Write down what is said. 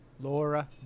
Laura